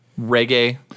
reggae